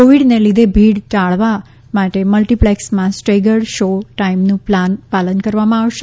કોવિડને લીધે ભીડ ટાળવા માટે મલ્ટિપ્લેક્સમાં સ્ટેગર્ડ શો ટાઇમનું પાલન કરવામાં આવશે